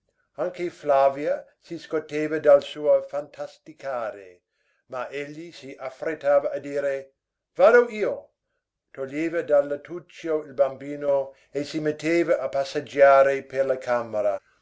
sé anche flavia si scoteva dal suo fantasticare ma egli si affrettava a dire vado io toglieva dal lettuccio il bambino e si metteva a passeggiare per la camera